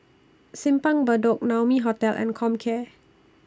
Simpang Bedok Naumi Hotel and Comcare